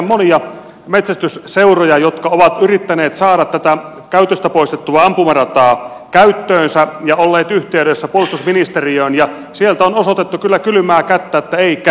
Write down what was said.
tiedän monia metsästysseuroja jotka ovat yrittäneet saada tätä käytöstä poistettua ampumarataa käyttöönsä ja olleet yhteydessä puolustusministeriöön ja sieltä on osoitettu kyllä kylmää kättä että ei käy